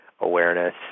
awareness